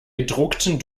gedruckten